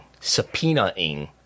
subpoenaing